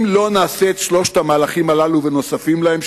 אם לא נעשה את שלושת המהלכים הללו ונוספים להם,